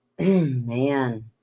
Man